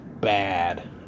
BAD